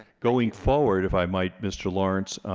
going forward if i might mr. lawrence